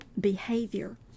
behavior